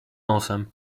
nosem